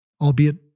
albeit